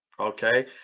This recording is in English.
Okay